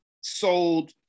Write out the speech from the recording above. sold